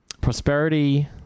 Prosperity